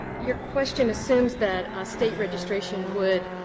your question assumes that state registration would